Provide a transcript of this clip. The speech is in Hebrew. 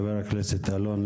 חבר הכנסת אלון,